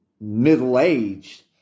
middle-aged